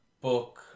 book